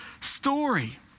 story